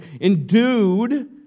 endued